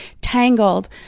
tangled